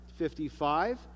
55